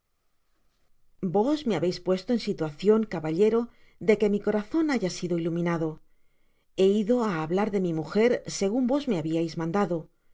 vos me habeis puesto en situacion caballero de que mi corazon haya sido iluminado he ido á hablar á mi mujer segun vos me habiais mandado